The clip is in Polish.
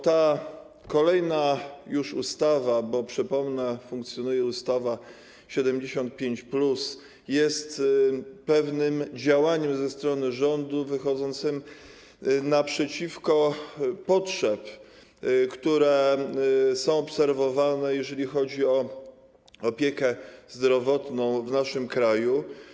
Ta kolejna już ustawa, bo przypomnę, że funkcjonuje ustawa 75+, jest pewnym działaniem ze strony rządu wychodzącym naprzeciw potrzebom, które są obserwowane, jeżeli chodzi o opiekę zdrowotną w naszym kraju.